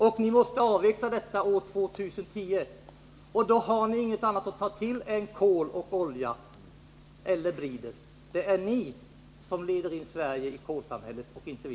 När ni måste genomföra avvecklingen år 2010 har ni inget annat att ta till än kol, olja eller bridreaktorer. Det är ni som leder in Sverige i kolsamhället, inte vi.